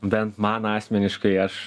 bent man asmeniškai aš